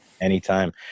Anytime